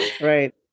right